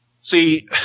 See